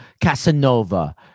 Casanova